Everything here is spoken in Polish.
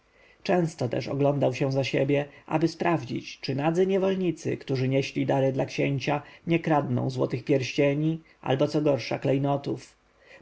często też oglądał się za siebie aby sprawdzić czy nadzy niewolnicy którzy nieśli dary dla księcia nie kradną złotych pierścieni albo go gorsza klejnotów